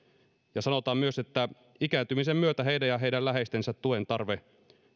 ja sanotaan myös että ikääntymisen myötä heidän ja heidän läheistensä tuen tarve